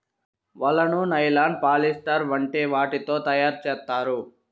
వలను nylon, polyester వంటి వాటితో తయారు చేత్తారు